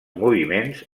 moviments